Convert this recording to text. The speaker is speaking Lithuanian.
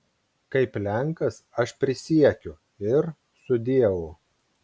kaip lenkas aš prisiekiu ir sudieu